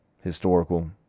historical